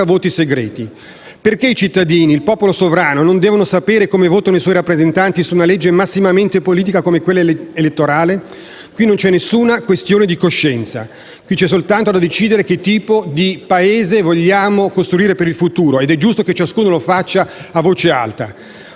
voti segreti. Perché i cittadini, il popolo sovrano, non devono sapere come votano i rappresentanti su una legge massimamente politica come quella elettorale? Qui non c'è alcuna questione di coscienza, c'è soltanto da decidere che tipo di Paese vogliamo costruire per il futuro ed è giusto che ciascuno lo faccia a voce alta.